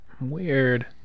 Weird